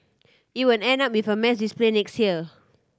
it will end up with a mass display next year